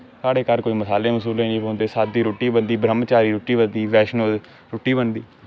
साढ़े घर कोई मसाले मसूले नी पौंदा साद्दी रुट्टी बनदी ब्रहमचारी रुट्टी हनदी बैष्णो रुट्टी बनदी